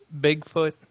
Bigfoot